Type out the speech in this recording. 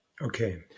Okay